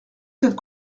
cette